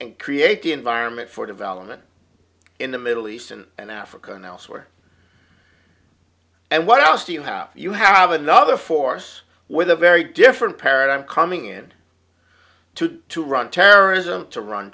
and create the environment for development in the middle east and africa and elsewhere and what else do you have you have another force with a very different paradigm coming in to to run terrorism to run